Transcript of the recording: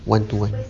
one to one